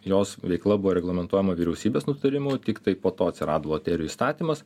jos veikla buvo reglamentuojama vyriausybės nutarimu tiktai po to atsirado loterijų įstatymas